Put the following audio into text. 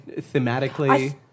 thematically